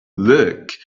look